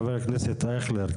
חבר הכנסת אייכלר,